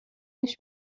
بهش